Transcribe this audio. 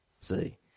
See